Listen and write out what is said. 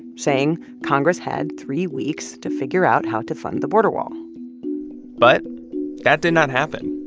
saying congress had three weeks to figure out how to fund the border wall but that did not happen.